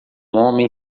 homem